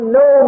no